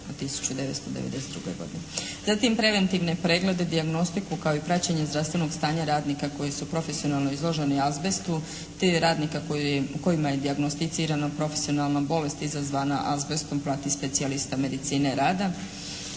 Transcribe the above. Zatim preventivne preglede, dijagnostiku kao i praćenje zdravstvenog stanja radnika koji su profesionalno izloženi azbestu te radnika kojima je dijagnosticirana profesionalna bolest izazvana azbestom prati specijalista medicine rada.